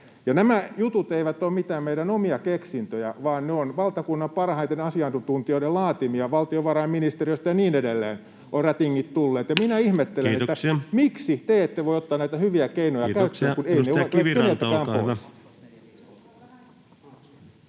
Nämä jutut eivät ole mitään meidän omia keksintöjämme, vaan ne ovat valtakunnan parhaiden asiantuntijoiden laatimia — valtiovarainministeriöstä ja niin edelleen ovat rätingit tulleet. Minä ihmettelen, [Puhemies: Kiitoksia!] miksi te ette voi ottaa näitä hyviä keinoja [Puhemies: